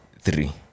three